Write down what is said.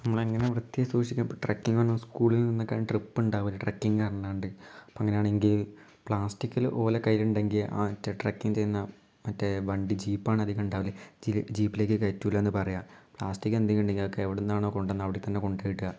നമ്മൾ എങ്ങനെ വൃത്തിയായി സൂക്ഷിക്കുക ഇപ്പം ട്രക്കിങ്ങാണ് സ്കൂളിൽ നിന്നൊക്കെ ട്രിപ്പുണ്ടാകുമല്ലോ ട്രക്കിങ്ങ് പറഞ്ഞ് കൊണ്ട് അപ്പോൾ അങ്ങനെ ആണെങ്കിൽ പ്ലാസ്റ്റിക്കെല്ലാം ഓലെ കയ്യിൽ ഉണ്ടെങ്കിൽ ആ ട്രക്കിങ്ങ് ചെയ്യുന്ന മറ്റേ വണ്ടി ജീപ്പാണ് അധികം ഉണ്ടാകൽ ജീപ്പിലേക്ക് കയറ്റില്ല എന്ന് പറയുക പ്ലാസ്റ്റിക്ക് എന്തെങ്കിലും ഉണ്ടെങ്കിൽ അതൊക്കെ എവിടുന്നാണോ കൊണ്ട് വന്നത് അവിടെ തന്നെ കൊണ്ട് ഇടുക